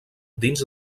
dins